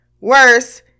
worse